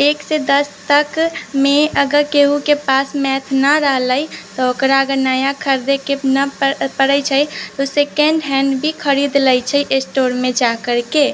एक से दस तक मे अगर केहुँके के पास मैथ ना रहले तऽ ओकरा अगर नया खरदे के नहि परै छै ओ सकेंड हैंड भी खरीद लै छै स्टोरमे जा करके